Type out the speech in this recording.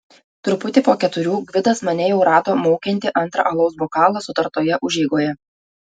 truputį po keturių gvidas mane jau rado maukiantį antrą alaus bokalą sutartoje užeigoje